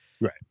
right